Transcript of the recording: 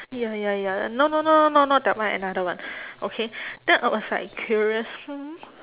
ya ya ya no no no no not that one another one okay then I was like curious hmm